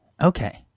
Okay